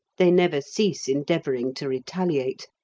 they never cease endeavouring to retaliate,